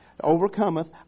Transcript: overcometh